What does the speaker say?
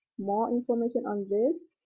more information on this,